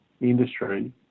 industry